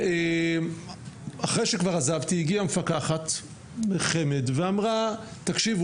ואחרי שכבר עזבתי הגיעה המפקחת לחמ"ד ואמרה תקשיבו,